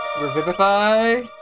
Revivify